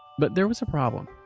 but there was a problem.